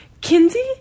Kinsey